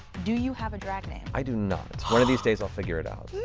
do you have a drag name? i do not. one of these days i'll figure it out.